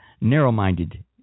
narrow-minded